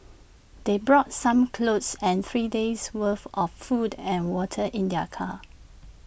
they brought some clothes and three days' worth of food and water in their car